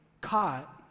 caught